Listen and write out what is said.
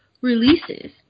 releases